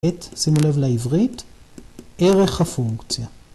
את, שימו לב לעברית, ערך הפונקציה.